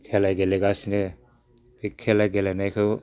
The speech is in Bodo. खेला गेलेगासिनो बे खेला गेलेनायखौ